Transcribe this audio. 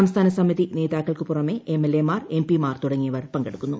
സംസ്ഥാന സമിതി നേതാക്കൾക്കു പുറമേ എം എൽ എംമാർ എം പി മാർ തുടങ്ങിയവർ പങ്കെടുക്കുന്നു